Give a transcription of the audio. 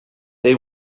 they